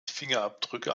fingerabdrücke